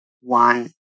one